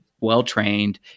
well-trained